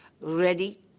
ready